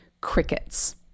crickets